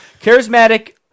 Charismatic